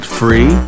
free